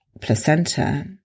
placenta